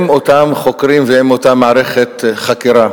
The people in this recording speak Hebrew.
אם אותם חוקרים, ואם אותה מערכת חקירה